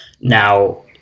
Now